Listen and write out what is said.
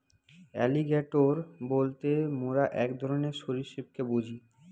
alligator বলতে মোরা এক ধরণকার সরীসৃপকে বুঝি